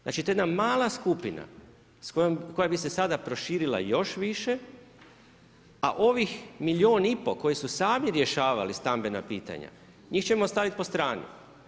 Znači to je jedna mala skupina koja bi se sada proširila još više a ovih milijun i pol koji su sami rješavali stambena pitanja, njih ćemo staviti po strani.